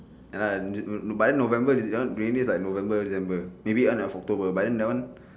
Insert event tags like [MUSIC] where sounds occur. ya lah [NOISE] but then november december raining like november december maybe end of october but then that one